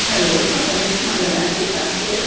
हलो मां तनिष्क मां ॻाल्हायां पयी तव्हां केरु